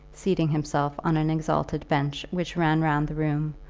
seating himself on an exalted bench which ran round the room,